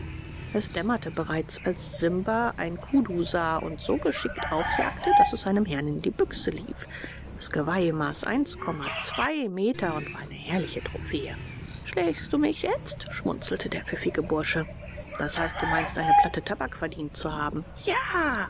es dämmerte bereits als simba ein kudu sah und so geschickt aufjagte daß es seinem herrn in die büchse lief das geweih maß meter und war eine herrliche trophäe schlägst du mich jetzt schmunzelte der pfiffige bursche das heißt du meinst eine platte tabak verdient zu haben ja